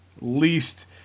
least